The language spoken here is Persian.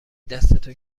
دستتو